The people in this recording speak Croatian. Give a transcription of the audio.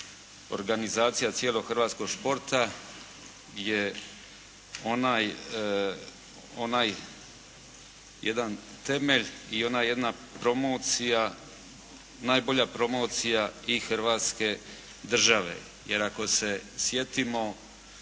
organizacija cijelog hrvatskog športa je onaj jedan temelj i ona jedna promocija, najbolja promocija i Hrvatske države jer ako se sjetimo